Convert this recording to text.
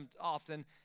often